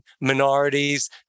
minorities